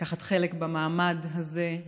לקחת חלק במעמד הזה,